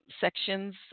sections